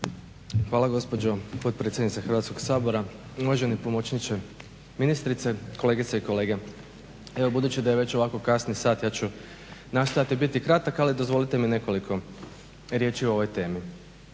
Hvala gospođo potpredsjednice Hrvatskog sabora. Uvaženi pomoćniče ministrice, kolegice i kolege. Evo budući da je već ovako kasni sat ja ću nastojati biti kratak, ali dozvolite mi nekoliko riječi o ovoj temi.